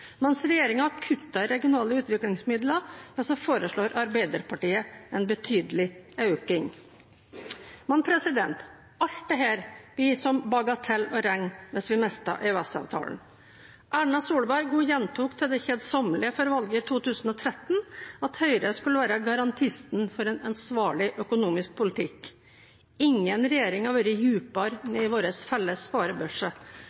Mens regjeringen kutter i regionale utviklingsmidler, foreslår Arbeiderpartiet en betydelig økning. Men alt dette blir for bagateller å regne hvis vi mister EØS-avtalen. Erna Solberg gjentok til det kjedsommelige før valget i 2013 at Høyre skulle være garantisten for en ansvarlig økonomisk politikk. Ingen regjering har vært